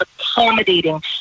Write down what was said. accommodating